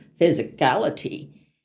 physicality